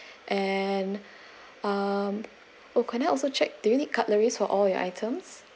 and um oh can I also check do you need cutleries for all your items